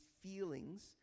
feelings